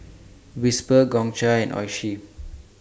Whisper Gongcha and Oishi